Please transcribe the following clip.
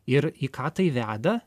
ir į ką tai veda